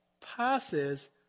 passes